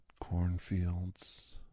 cornfields